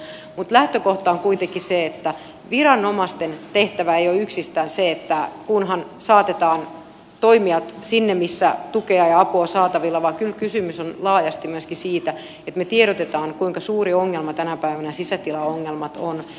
mutta lähtökohta on kuitenkin se että viranomaisten tehtävä ei ole yksistään se että kunhan saatetaan toimijat sinne missä tukea ja apua on saatavilla vaan kyllä kysymys on laajasti myöskin siitä että me tiedotamme kuinka suuri ongelma tänä päivänä sisätilaongelmat on